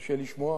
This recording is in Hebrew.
מתקשה לשמוע.